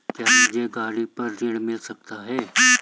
क्या मुझे गाड़ी पर ऋण मिल सकता है?